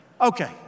Okay